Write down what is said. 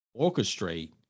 orchestrate